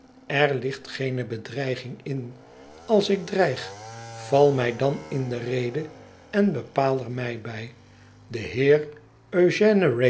er ligt geene bedreiging in als ik dreig val mij dan in de rede en bepaal er mij bij de heer